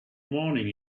morning